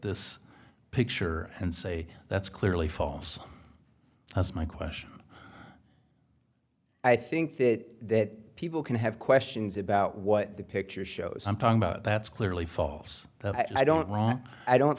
this picture and say that's clearly false that's my question i think that people can have questions about what the picture shows i'm talking about that's clearly false but i don't want i don't